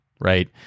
right